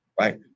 right